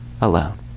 alone